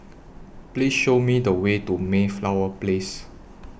Please Show Me The Way to Mayflower Place